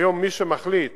מי שמחליט